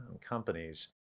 companies